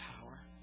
power